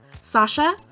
Sasha